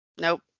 Nope